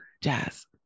Jazz